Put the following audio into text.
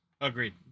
Agreed